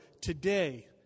today